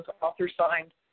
author-signed